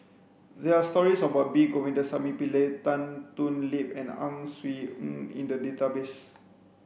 there are stories about P Govindasamy Pillai Tan Thoon Lip and Ang Swee Aun in the database